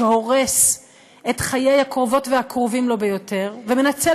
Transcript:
שהורס את חיי הקרובות והקרובים לו ביותר ומנצל